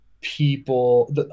people